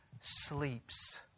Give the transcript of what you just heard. sleeps